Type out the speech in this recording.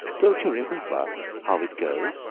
don't you remember how it goes?